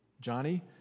Johnny